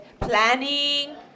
planning